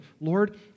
Lord